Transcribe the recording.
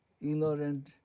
ignorant